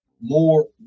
more